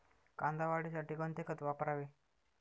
कांदा वाढीसाठी कोणते खत वापरावे?